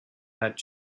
had